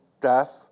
death